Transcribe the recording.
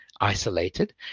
isolated